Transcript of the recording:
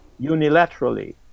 unilaterally